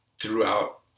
throughout